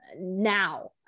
now